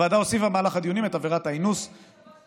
הוועדה הוסיפה במהלך הדיונים את עבירת האינוס וביצוע,